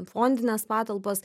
fondines patalpas